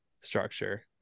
structure